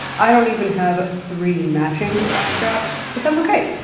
i don't even have three matching straps, but that's okay.